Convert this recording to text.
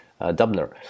dubner